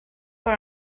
for